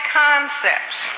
concepts